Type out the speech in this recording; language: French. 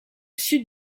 sud